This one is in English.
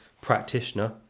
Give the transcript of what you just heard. practitioner